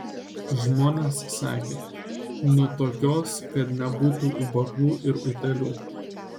žmonės sakė nu tokios kad nebūtų ubagų ir utėlių